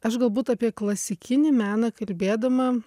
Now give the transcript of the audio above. aš galbūt apie klasikinį meną kalbėdama